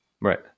Right